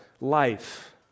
life